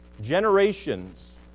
generations